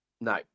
No